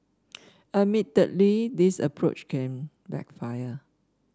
admittedly this approach can backfire